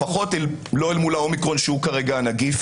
לפחות לא אל מול האומיקרון שהוא כרגע הנגיף,